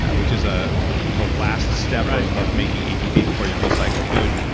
which is ah the last step of making atp before you recycle food.